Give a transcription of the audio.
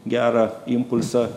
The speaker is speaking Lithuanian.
gerą impulsą